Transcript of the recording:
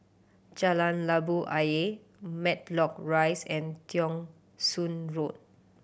Jalan Labu Ayer Matlock Rise and Thong Soon Road